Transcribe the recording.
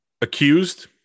accused